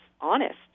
honest